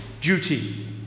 duty